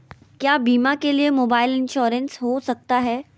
क्या बीमा के लिए मोबाइल इंश्योरेंस हो सकता है?